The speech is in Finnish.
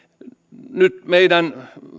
nyt meidän